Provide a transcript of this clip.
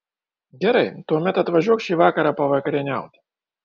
gerai tuomet atvažiuok šį vakarą pavakarieniauti